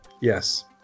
Yes